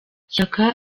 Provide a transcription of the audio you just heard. shyaka